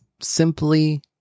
simply